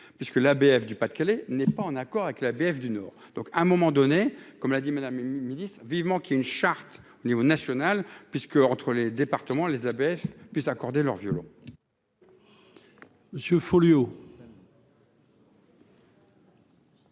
puisque l'ABF du Pas-de-Calais n'est pas en accord avec la bf du Nord, donc à un moment donné, comme l'a dit Madame, une milice vivement qu'il y ait une charte niveau national puisque, entre les départements, les Abesses puissent accorder leurs violons. Monsieur Folliot.